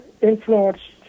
influenced